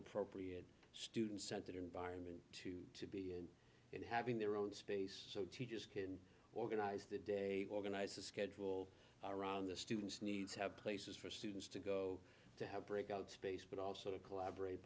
appropriate student centered environment and having their own space so teachers can organize the day organize a schedule around the students needs have places for students to go to have breakout space but also to collaborate